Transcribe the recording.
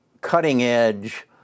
cutting-edge